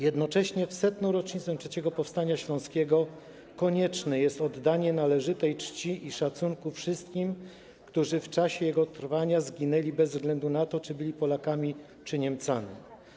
Jednocześnie w 100. rocznicę III powstania śląskiego konieczne jest oddanie należytej czci i szacunku wszystkim, którzy w czasie jego trwania zginęli bez względu na to, czy byli Polakami czy Niemcami.